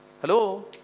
Hello